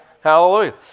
Hallelujah